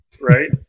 right